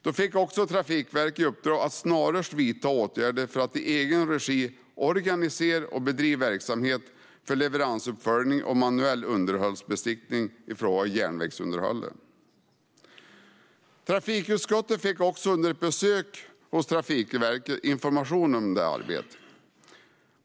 Då fick också Trafikverket i uppdrag att snarast vidta åtgärder för att i egen regi organisera och bedriva verksamhet för leveransuppföljning och manuell underhållsbesiktning i fråga om järnvägsunderhåll. Trafikutskottet fick under ett besök hos Trafikverket information om det arbetet.